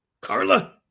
Carla